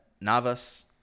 Navas